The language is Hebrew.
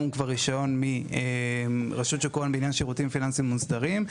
רישיון מרשות שוק ההון לעניין שירותים פיננסיים מוסדרים.